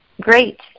Great